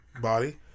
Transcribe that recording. body